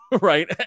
right